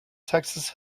texas